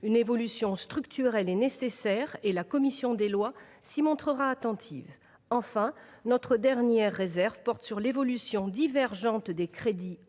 Une évolution structurelle est nécessaire, et la commission des lois s’y montrera attentive. Enfin, notre dernière réserve porte sur l’évolution divergente des crédits